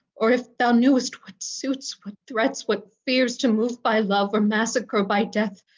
or if thou knew'st what suits, what threats, what fears, to move by love, or massacre by death,